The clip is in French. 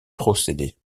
procédé